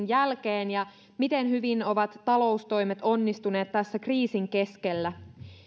jälkeen ja miten hyvin ovat taloustoimet onnistuneet tässä kriisin keskellä